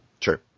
Sure